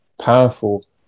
powerful